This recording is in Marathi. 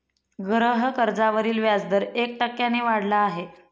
गृहकर्जावरील व्याजदर एक टक्क्याने वाढला आहे